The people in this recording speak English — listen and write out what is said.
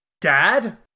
Dad